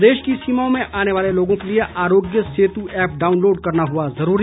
प्रदेश की सीमाओं में आने वाले लोगों के लिए आरोग्य सेतु ऐप डाउनलोड करना हुआ जरूरी